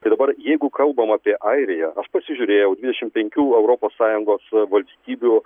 tai dabar jeigu kalbam apie airiją aš pasižiūrėjau dvidešim penkių europos sąjungos valstybių